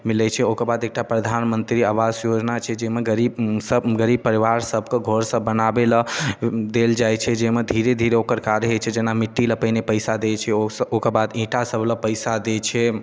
मिलै छै ओकर बाद एकटा प्रधानमंत्री आवास योजना छै जाहिमे गरीब सभ गरीब परिवार सभके घर सभ बनाबै लए देल जाइ छै जाहिमे धीरे धीरे ओकर कार्य होइ छै जेना मिट्टी लए पहिने पैसा दै छै ओ सभ ओकर बाद ईटा सभ लए पैसा दै छै